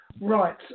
right